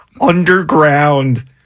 underground